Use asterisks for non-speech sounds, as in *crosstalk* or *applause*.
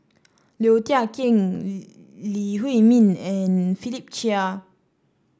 Low Thia Khiang *unintelligible* Lee Huei Min and Philip Chia